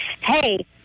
hey